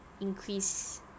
increase